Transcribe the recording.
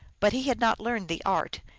but he had not learned the art,